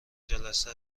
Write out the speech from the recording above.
جلسه